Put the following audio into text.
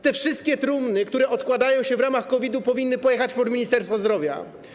Te wszystkie trumny, które odkładają się w ramach COVID-u, powinny pojechać pod Ministerstwo Zdrowia.